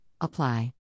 apply